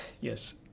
Yes